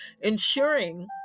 ensuring